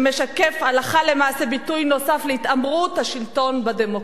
והוא משקף הלכה למעשה ביטוי נוסף להתעמרות השלטון בדמוקרטיה.